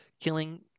killing